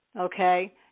okay